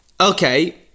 Okay